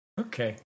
Okay